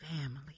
family